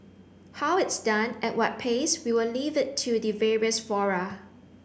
how it's done at what pace we will leave it to the various fora